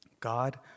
God